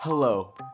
Hello